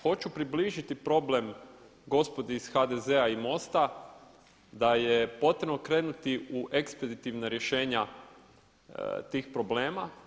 Hoću približiti problem gospodi iz HDZ-a i MOST-a, da je potrebno krenuti u ekspeditivna rješenja tih problema.